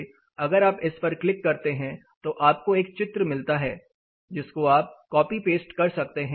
उदाहरण के लिए अगर आप इस पर क्लिक करते हैं तो आपको एक चित्र मिलता है जिसको आप कॉपी पेस्ट कर सकते हैं